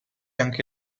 anche